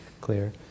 clear